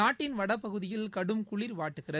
நாட்டின் வடபகுதியில் கடும் குளிர் வாட்டுகிறது